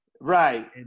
Right